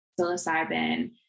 psilocybin